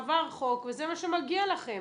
עבר חוק וזה מה שמגיע לכם.